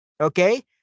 okay